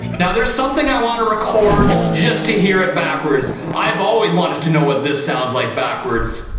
now there's something i want to record just to hear it backwards i've always wanted to know what this sounds like backwards?